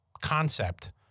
concept